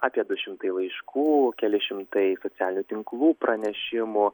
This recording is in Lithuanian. apie du šimtai laiškų keli šimtai socialinių tinklų pranešimų